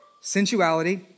sensuality